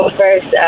first